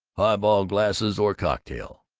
highball glasses or cocktail?